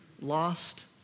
Lost